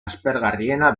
aspergarriena